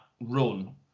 run